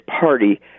party